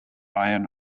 iron